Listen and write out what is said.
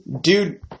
Dude